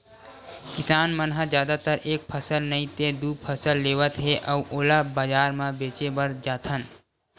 किसान मन ह जादातर एक फसल नइ ते दू फसल लेवत हे अउ ओला बजार म बेचे बर जाथन